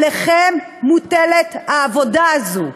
עליכם מוטלת העבודה הזאת,